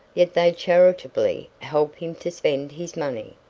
yet they charitably help him to spend his money.